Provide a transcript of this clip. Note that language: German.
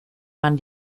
man